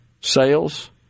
sales